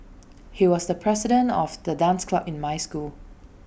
he was the president of the dance club in my school